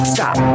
Stop